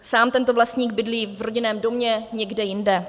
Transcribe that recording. Sám tento vlastník bydlí v rodinném domě někde jinde.